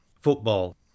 Football